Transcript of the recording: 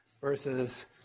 versus